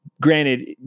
granted